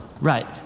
Right